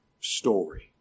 story